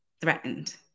threatened